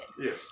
Yes